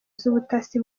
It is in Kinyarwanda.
z’ubutasi